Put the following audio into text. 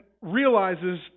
realizes